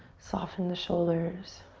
soften the shoulders.